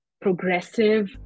progressive